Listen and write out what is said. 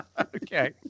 Okay